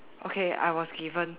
okay I was given